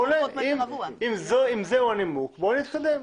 אם זה הנימוק, בואי נתקדם.